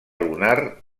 lunar